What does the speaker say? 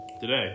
Today